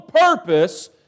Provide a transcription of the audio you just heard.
purpose